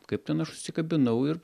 kaip ten aš užsikabinau ir